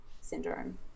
syndrome